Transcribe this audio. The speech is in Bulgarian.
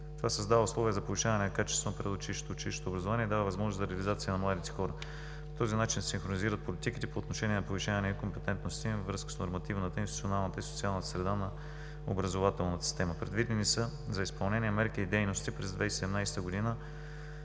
Това създава условия за повишаване на качеството на предучилищното и училищното образование и дава възможност за реализация на младите хора. По този начин се синхронизират политиките по отношение на повишаване компетентността им във връзка с нормативната, институционалната и социалната среда на образователната система. Предвидените за изпълнение мерки и дейности през 2017 г. са